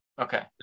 Okay